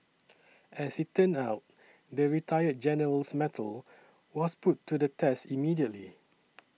as it turned out the retired general's mettle was put to the test immediately